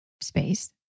space